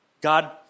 God